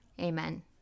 Amen